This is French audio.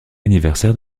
anniversaire